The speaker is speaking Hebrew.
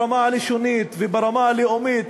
ברמה הלשונית וברמה הלאומית,